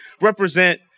represent